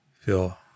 feel